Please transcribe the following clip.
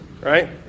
Right